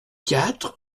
quatre